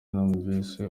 numvise